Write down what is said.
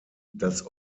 das